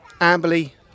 Amberley